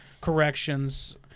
corrections